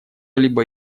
либо